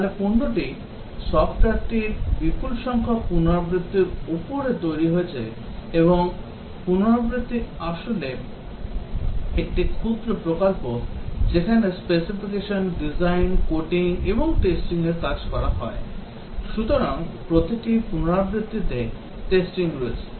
তাহলে পণ্যটি সফ্টওয়্যারটি বিপুল সংখ্যক পুনরাবৃত্তির উপরে তৈরি হয়েছে এবং প্রতিটি পুনরাবৃত্তি আসলে একটি ক্ষুদ্র প্রকল্প যেখানে specification design coding এবং testing র কাজ করা হয় সুতরাং প্রতিটি পুনরাবৃত্তিতে testing রয়েছে